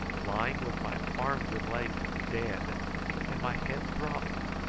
lying with my arms and legs dead and my head throbbing.